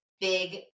big